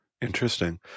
Interesting